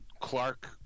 Clark